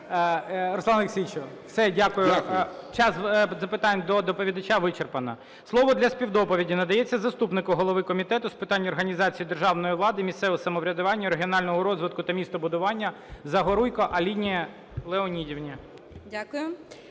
Р.О. Дякую. ГОЛОВУЮЧИЙ. Час для запитань до доповідача вичерпано. Слово для співдоповіді надається заступнику голови Комітету з питань організації державної влади, місцевого самоврядування, регіонального розвитку та містобудування Загоруйко Аліні Леонідівні.